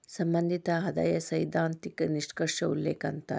ಸಂಬಂಧಿತ ಆದಾಯ ಸೈದ್ಧಾಂತಿಕ ನಿಷ್ಕ್ರಿಯ ಉಲ್ಲೇಖ ಅಂತಾರ